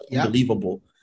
unbelievable